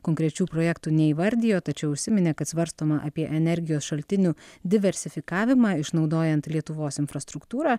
konkrečių projektų neįvardijo tačiau užsiminė kad svarstoma apie energijos šaltinių diversifikavimą išnaudojant lietuvos infrastruktūrą